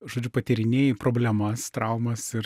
žodžiu patyrinėji problemas traumas ir